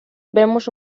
vemos